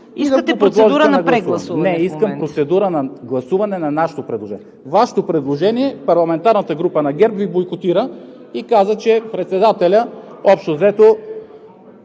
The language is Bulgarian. Искате процедура на прегласуване в момента? ГЕОРГИ СВИЛЕНСКИ: Не, искам процедура на гласуване на нашето предложение. Вашето предложение – парламентарната група на ГЕРБ Ви бойкотира и каза, че председателят общо взето…